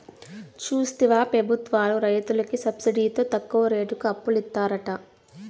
చూస్తివా పెబుత్వాలు రైతులకి సబ్సిడితో తక్కువ రేటుకి అప్పులిత్తారట